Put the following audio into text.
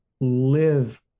live